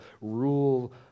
rule